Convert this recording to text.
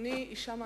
אני אשה מאמינה.